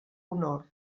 honor